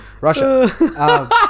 Russia